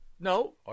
No